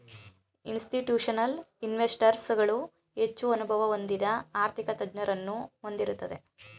institutional investors ಗಳು ಹೆಚ್ಚು ಅನುಭವ ಹೊಂದಿದ ಆರ್ಥಿಕ ತಜ್ಞರನ್ನು ಹೊಂದಿರುತ್ತದೆ